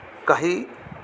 काही